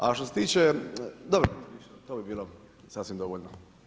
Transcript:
A što se tiče, dobro, to bi bilo sasvim dovoljno.